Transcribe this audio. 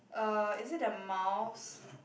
uh is it a mouse